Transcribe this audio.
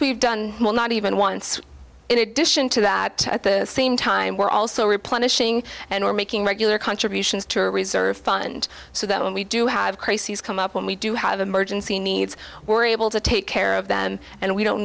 we've done not even once in addition to that at the same time we're also replenishing and we're making regular contributions to our reserve fund so that when we do have crises come up when we do have emergency needs we're able to take care of them and we don't